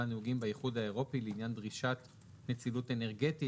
נצילות אנרגטית.